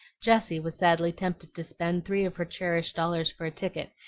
jessie was sadly tempted to spend three of her cherished dollars for a ticket,